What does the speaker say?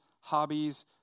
hobbies